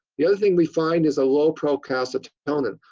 the other thing we find is a low procalcitonin.